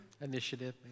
initiative